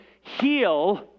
heal